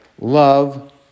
Love